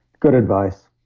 good advice.